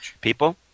People